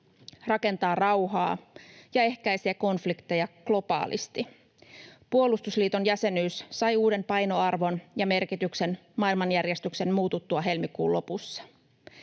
rakentaa rauhaa ja ehkäisee konflikteja globaalisti. Puolustusliiton jäsenyys sai uuden painoarvon ja merkityksen maailmanjärjestyksen muututtua helmikuun lopussa.